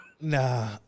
Nah